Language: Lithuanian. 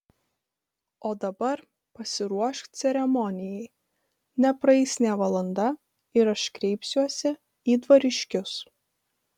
o dabar pasiruošk ceremonijai nepraeis nė valanda ir aš kreipsiuosi į dvariškius